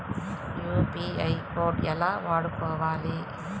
UPI code ఎలా వాడుకోవాలి?